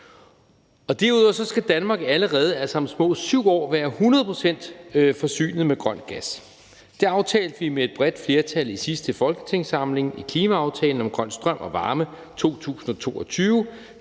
Derudover skal Danmark allerede, altså om små 7 år, være 100 pct. forsynet med grøn gas. Det aftalte vi med et bredt flertal i sidste folketingssamling i »Klimaaftale om grøn strøm og varme 2022«.